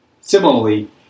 Similarly